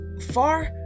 far